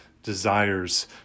desires